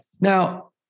Now